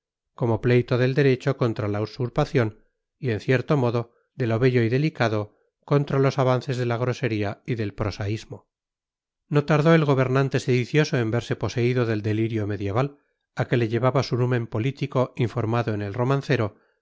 como pleito del derecho contra la usurpación y en cierto modo de lo bello y delicado contra los avances de la grosería y del prosaísmo no tardó el gobernante sedicioso en verse poseído del delirio medieval a que le llevaba su numen político informado en el romancero